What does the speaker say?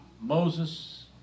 Moses